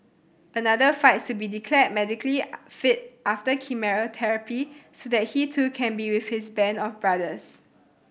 another fights to be declared medically fit after chemotherapy so that he too can be with his band of brothers